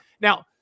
Now